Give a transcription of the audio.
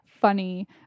funny